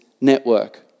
network